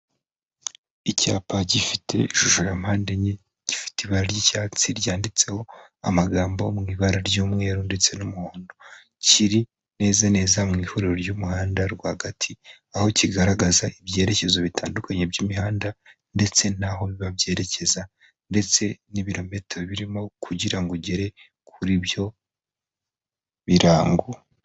Icyapa gifite ishusho ya mpande enye, gifite ibara ry'icyatsi ryanditseho amagambo mu ibara ry'umweru ndetse n'umuhondo. Kiri neza neza mu ihuriro ry'umuhanda rwagati, aho kigaragaza ibyerekezo bitandukanye by'imihanda ndetse n'aho bibabyerekeza ndetse n'ibilometero birimo kugira ngo ugere kur'ibyo birango.